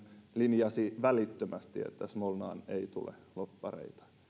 linjasi välittömästi että smolnaan ei tule lobbareita